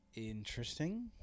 Interesting